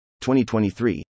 2023